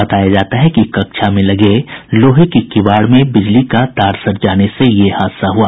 बताया जाता है कि कक्षा में लगे लोहे की किवाड़ में बिजली का तार सट जाने से ये हादसा हुआ